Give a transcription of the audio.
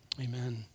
amen